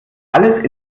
alles